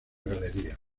galería